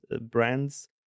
brands